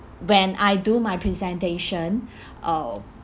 when I do my presentation uh